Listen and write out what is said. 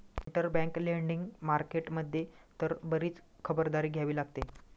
interbank lending market मध्ये तर बरीच खबरदारी घ्यावी लागते